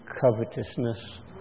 covetousness